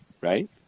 Right